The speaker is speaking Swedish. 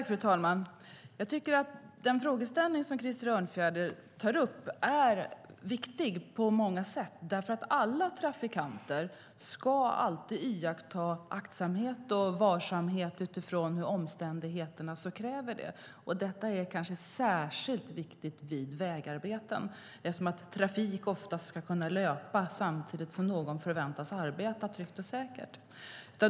Fru talman! Den frågeställning som Krister Örnfjäder tar upp är viktig på många sätt därför att alla trafikanter alltid ska iaktta aktsamhet och varsamhet utifrån vad omständigheterna kräver. Detta är kanske särskilt viktigt vid vägarbeten eftersom trafiken ofta ska kunna löpa samtidigt som någon förväntas arbeta tryggt och säkert.